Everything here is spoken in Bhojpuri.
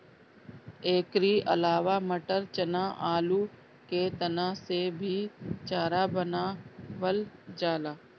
एकरी अलावा मटर, चना, आलू के तना से भी चारा बनावल जाला